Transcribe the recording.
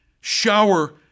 shower